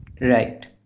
Right